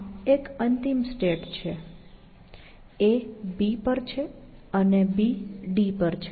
આ એક અંતિમ સ્ટેટ છે A B પર છે અને B D પર છે